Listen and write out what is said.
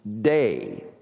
day